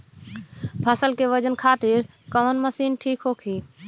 फसल के वजन खातिर कवन मशीन ठीक होखि?